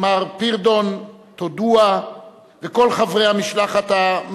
ותעבור לוועדת הכספים על מנת להכינה, ועדת הכנסת,